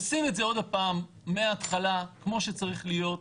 עושים את זה עוד פעם מהתחלה כמו שצריך להיות.